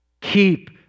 Keep